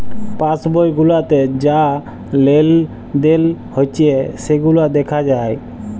pass বই গুলাতে যা লেলদেল হচ্যে সেগুলা দ্যাখা যায়